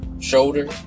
shoulder